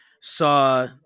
saw